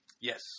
Yes